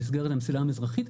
במסגרת המסילה המזרחית,